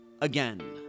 again